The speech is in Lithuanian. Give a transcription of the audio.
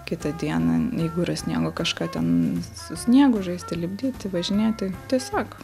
kitą dieną jeigu yra sniego kažką ten su sniegu žaisti lipdyti važinėti tiesiog